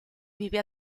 vive